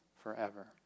forever